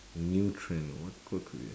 new trend what good create